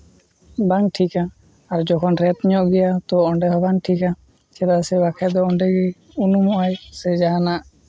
ᱵᱟᱝ ᱴᱷᱤᱠᱟ ᱟᱨ ᱡᱚᱠᱷᱚᱱ ᱧᱚᱜ ᱜᱮᱭᱟ ᱛᱚ ᱚᱸᱰᱮ ᱦᱚᱸ ᱵᱟᱝ ᱴᱷᱤᱠᱟ ᱪᱮᱫᱟᱜ ᱥᱮ ᱵᱟᱠᱷᱟᱡ ᱫᱚ ᱚᱸᱰᱮ ᱜᱮᱭ ᱩᱱᱩᱢᱚᱜᱼᱟᱭ ᱥᱮ ᱡᱟᱦᱟᱱᱟᱜ